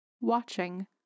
watching